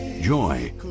joy